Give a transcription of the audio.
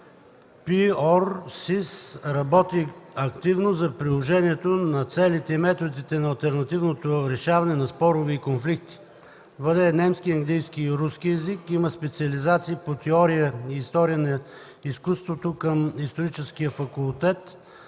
ПИОРСИС. Работи активно за приложението на целите и методите на алтернативното решаване на спорове и конфликти. Владее немски, английски и руски език. Има специализации по „Теория и история на изкуството” към Историческия факултет